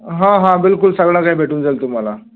हां हां बिलकुल सगळं काही भेटून जाईल तुम्हाला